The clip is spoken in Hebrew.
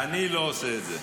אני לא עושה את זה.